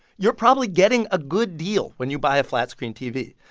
you're probably getting a good deal when you buy a flat-screen tv.